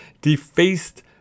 defaced